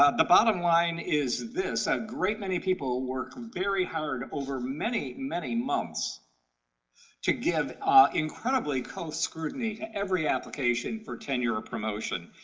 ah the bottom line is this a great many people work very hard over many, many months to give ah incredibly close scrutiny to every application for tenure or promotion.